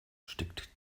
steckt